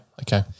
okay